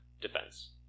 defense